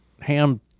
ham